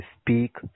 speak